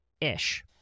ish